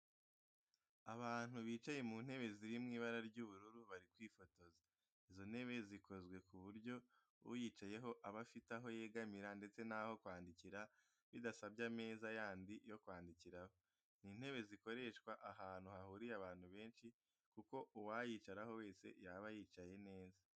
Abantu bicaye mu ntebe ziri mu ibara ry'ubururu bari kwifotoza, izo ntebe zikozwe ku buryo uyicayeho aba afite aho yegamira ndetse n'aho kwandikira bidasabye ameza yandi yo kwandikiraho. Ni intebe zakoreshwa ahantu hahuriye abantu benshi kuko uwayicaraho wese yaba yicaye neza.